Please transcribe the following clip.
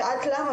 שאלת למה,